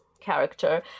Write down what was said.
character